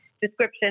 description